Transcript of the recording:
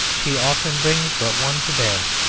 she often brings but one to bear.